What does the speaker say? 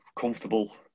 comfortable